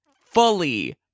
fully